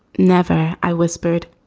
never, i whispered.